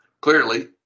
Clearly